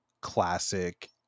classic